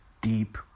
deep